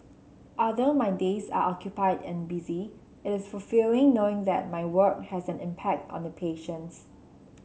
although my days are occupied and busy it is fulfilling knowing that my work has an impact on the patients